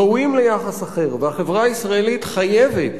ראויים ליחס אחר, והחברה הישראלית חייבת